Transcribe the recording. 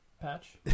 patch